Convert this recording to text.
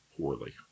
poorly